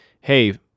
Hey